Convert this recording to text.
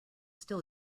still